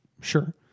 sure